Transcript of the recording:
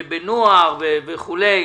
בנוער וכולי.